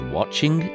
Watching